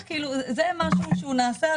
זה משהו שנעשה,